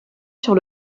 sur